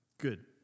Good